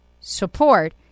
support